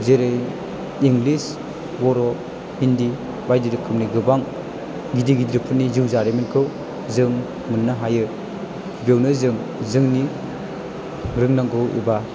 जेरै इंलिस बर' हिन्दि बायदि रोखोमनि गोबां गिदिर गिदिरफोरनि जिउ जारिमिनखौ जों मोन्नो हायो बेवनो जों जोंनि रोंनांगौ एबा